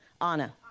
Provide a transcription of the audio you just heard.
Anna